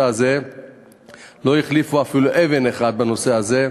הזה לא החליפו אפילו אבן אחת בנושא הזה,